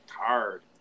hard